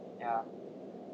ya